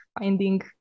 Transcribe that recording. finding